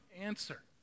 answer